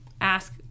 ask